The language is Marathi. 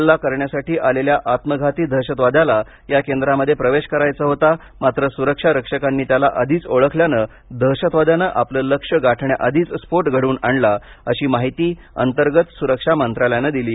हल्ला करण्यासाठी आलेल्या आत्मघाती दहशतवाद्याला या केंद्रामध्ये प्रवेश करायचा होता मात्र सुरक्षा रक्षकांनी त्याला आधीच ओळखल्यानं दहशतवाद्यानं आपलं लक्ष्य गाठण्याआधीच स्फोट घडवून आणला अशी माहिती अंतर्गत सुरक्षा मंत्रालयानं दिली